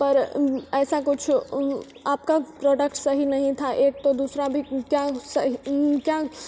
पर ऐसा कुछ आपका प्रोडक्ट सही नहीं था एक तो दूसरा भी क्या सही क्या